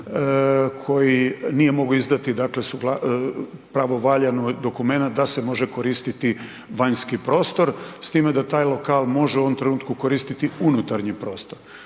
koji nije mogao izdati pravovaljani dokumenat da se može koristiti vanjski prostor, s time da taj lokal može u ovome trenutku koristiti unutarnji prostor.